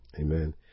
Amen